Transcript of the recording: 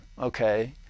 okay